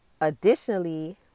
Additionally